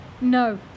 No